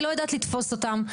אני לא יודעת לתפוס אותן.